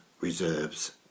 Reserves